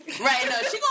Right